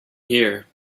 here